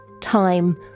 time